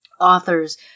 authors